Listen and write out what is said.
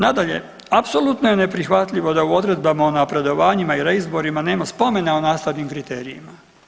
Nadalje, apsolutno je neprihvatljivo da u odredbama o napredovanjima i reizborima nema spomena o nastavni kriterijima.